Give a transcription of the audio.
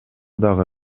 дагы